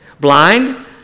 blind